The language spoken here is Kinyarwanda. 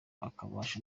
akabasha